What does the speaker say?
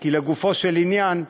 כי לגופו של עניין,